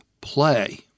play